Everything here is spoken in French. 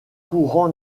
courant